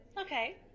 Okay